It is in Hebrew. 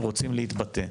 רוצים להתבטא.